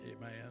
Amen